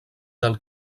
del